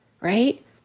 right